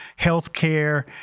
healthcare